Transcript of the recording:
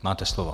Máte slovo.